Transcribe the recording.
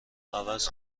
عوض